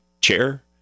chair